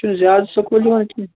یہِ چھُنہٕ زیادٕ سکوٗل یِوان کیٚنٛہہ